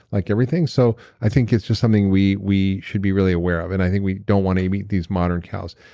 like everything. so i think it's just something we we should be really aware of. and i think we don't want to eat eat these modern cows.